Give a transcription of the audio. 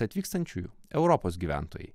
atvykstančiųjų europos gyventojai